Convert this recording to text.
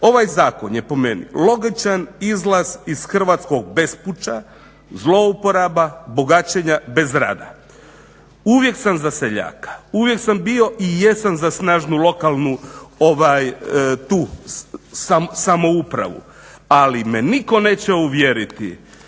ovaj zakon je po meni logičan izlaz iz hrvatskog bespuća, zlouporaba, bogaćenja bez rada. Uvijek sam za seljaka, uvijek sam bio i jesam za snažnu lokalnu tu samoupravu, ali me nitko neće uvjeriti